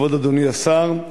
כבוד אדוני השר,